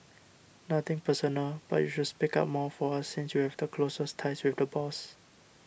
nothing personal but you should speak up more for us since you have the closest ties with the boss